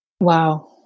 Wow